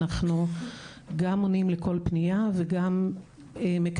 אנחנו גם עונים לכל פניה וגם מקיימים